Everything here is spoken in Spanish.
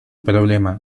problema